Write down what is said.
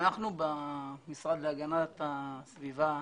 אנחנו במשרד להגנת הסביבה,